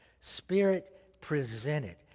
spirit-presented